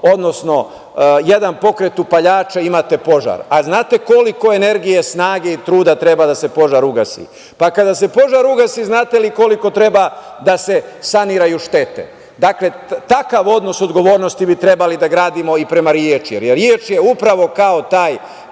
odnosno jedan pokret upaljača i imate požar. A znate koliko energije, snage i truda treba da se požar ugasi. Kada se požar ugasi, znate li koliko treba da se saniraju štete. Dakle, takav odnos odgovornosti bi trebali da gradimo i prema reči, jer reč je upravo kao ta